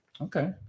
Okay